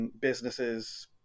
businesses